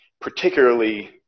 particularly